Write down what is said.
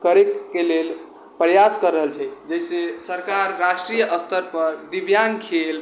करै के लेल प्रयास करऽ रहल छै जइसे सरकार राष्ट्रीय स्तर पर दिव्याङ्ग खेल